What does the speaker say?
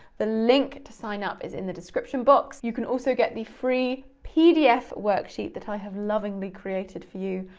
the link to sign up is in the description box. you can also get the free pdf worksheet that i have lovingly created for you.